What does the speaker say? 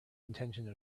intention